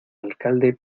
alcalde